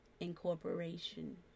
Incorporation